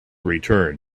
return